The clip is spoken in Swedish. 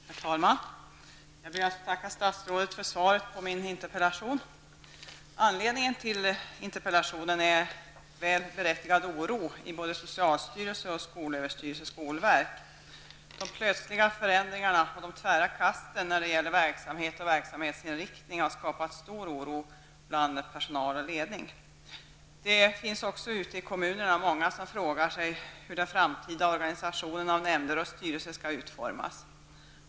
Herr talman! Jag ber att få tacka statsrådet för svaret på min interpellation. Anledningen till interpellationen är en väl berättigad oro i både socialstyrelse och skolöverstyrelse/skolverk. De plötsliga förändringarna och de tvära kasten när det gäller verksamhet och verksamhetsinriktning har skapat stor oro bland personal och ledning. Det finns också ute i kommunerna många som frågar sig hur den framtida organisationen av nämnder och styrelser skall utformas.